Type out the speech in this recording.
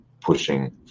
pushing